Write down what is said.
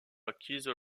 acquises